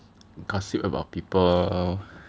gossip about people